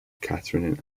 katherine